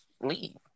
leave